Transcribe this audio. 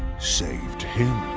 saved him.